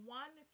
one